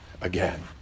again